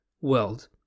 world